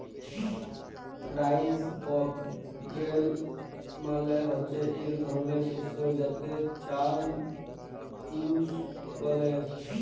rice bran মালে হচ্যে ইক ধরলের শস্য যাতে চাল চুষ ব্যলে